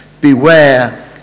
beware